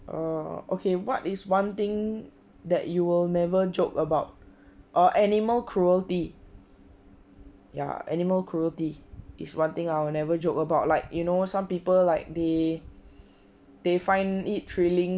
err okay what is one thing that you will never joke about err animal cruelty ya animal cruelty is one thing I'll never joke about like you know some people like they they find it thrilling